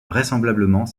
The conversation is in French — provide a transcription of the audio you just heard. vraisemblablement